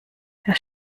der